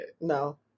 No